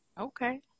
Okay